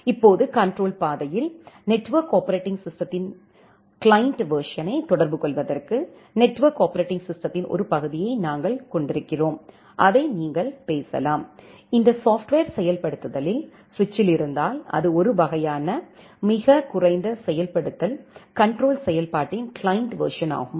இப்போது கண்ட்ரோல் பாதையில் network operating சிஸ்டத்தின் கிளையன்ட் வெர்சனை தொடர்புகொள்வதற்கு நெட்வொர்க் ஆப்பரேட்டிங் சிஸ்டத்தின் ஒரு பகுதியை நாங்கள் கொண்டிருக்கிறோம் அதை நீங்கள் பேசலாம் இந்த சாப்ட்வர் செயல்படுத்தலில் சுவிட்சில் இருந்தால் அது ஒரு வகையான மிகக் குறைந்த செயல்படுத்தல் கண்ட்ரோல் செயல்பாட்டின் கிளையன்ட் வெர்சன் ஆகும்